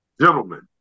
gentlemen